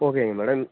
ஓகேங்க மேடம்